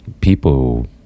People